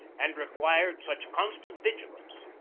and required such constant vigil ance,